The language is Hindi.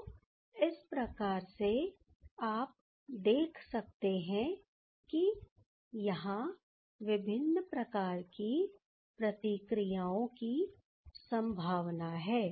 तो इस प्रकार से आप देख सकते हैं कि यहां विभिन्न प्रकार की प्रतिक्रियाओं की संभावना है